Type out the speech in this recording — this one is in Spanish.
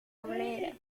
obrera